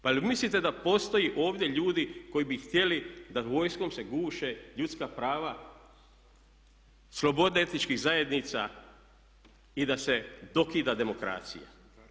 Pa je li mislite da postoje ovdje ljudi koji bi htjeli da vojskom se guše ljudska prava, slobode etičkih zajednica i da se dokida demokracija?